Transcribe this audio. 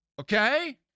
okay